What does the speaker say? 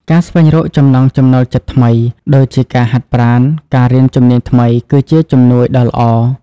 ការស្វែងរកចំណង់ចំណូលចិត្តថ្មី ដូចជាការហាត់ប្រាណ ការរៀនជំនាញថ្មីគឺជាជំនួយដ៏ល្អ។